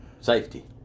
Safety